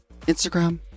Instagram